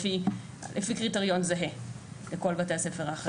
לפי קריטריון זהה לכל בתי הספר.